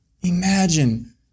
imagine